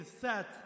set